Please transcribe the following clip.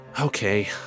Okay